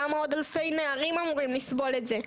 למה עוד אלפי נערים אמורים לסבול את זה?